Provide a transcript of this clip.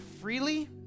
freely